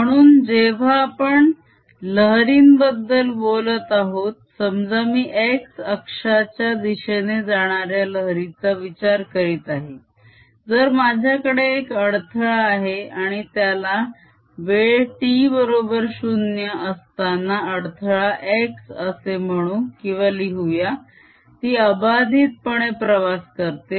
म्हणून जेव्हा आपण लहरीबद्दल बोलत आहोत समजा मी x अक्षाच्या दिशेने जाणाऱ्या लहरीचा विचार करीत आहे जर माझ्याकडे एक अडथळा आहे आणि त्याला वेळ t0 असताना अडथळा x असे म्हणू किंवा लिहूया ती अबाधित पणे प्रवास करते